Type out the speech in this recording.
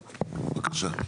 טוב,